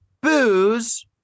booze